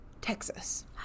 Texas